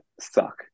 suck